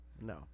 no